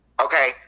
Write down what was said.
okay